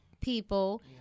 people